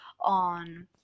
on